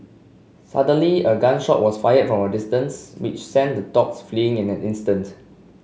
suddenly a gun shot was fired from a distance which sent the dogs fleeing in an instant